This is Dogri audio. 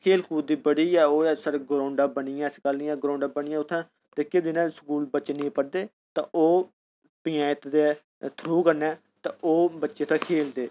खेल कूद दी बड़ी गै ओह् एह ग्राउंडां बनियां न ऐसी गल्ल नेईं ऐ ग्राउंडां ने जेह्के बच्चे स्कूल नेईं पढ़दे तां ओह् पचांयत दे थ्रू कन्नै ओह् बच्चे उत्थै खेलदे